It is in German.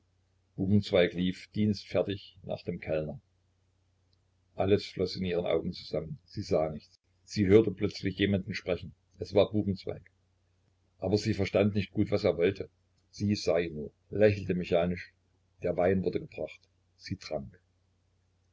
buchenzweig lief dienstfertig nach dem kellner alles floß in ihren augen zusammen sie sah nichts sie hörte plötzlich jemanden sprechen es war buchenzweig aber sie verstand nicht gut was er wollte sie sah ihn nur lächelte mechanisch der wein wurde gebracht sie trank